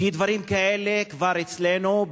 כי דברים כאלה אצלנו,